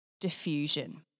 diffusion